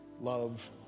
love